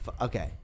Okay